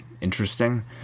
interesting